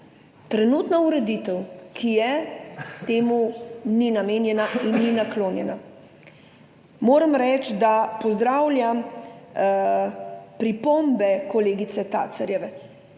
Trenutna ureditev, ki je, temu ni namenjena in ni naklonjena. Moram reči, da pozdravljam pripombe kolegice Tacerjeve.